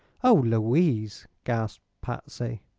oh, louise! gasped patsy.